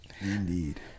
indeed